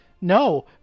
No